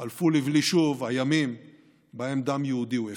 חלפו לבלי שוב הימים שבהם דם יהודי הוא הפקר.